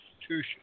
Institution